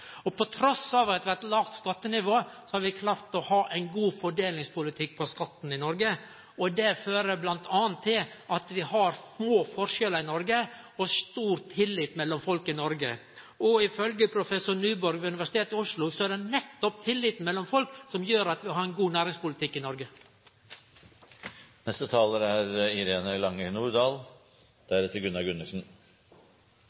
skattenivå, har vi klart å ha ein god fordelingspolitikk når det gjeld skatt i Noreg, og det fører bl.a. til at vi har små forskjellar i Noreg og stor tillit mellom folk. Ifølgje professor Nyborg ved Universitetet i Oslo er det nettopp tilliten mellom folk som gjer at vi har ein god næringspolitikk i